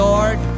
Lord